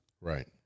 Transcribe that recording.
Right